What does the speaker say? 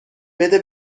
بده